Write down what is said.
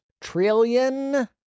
Trillion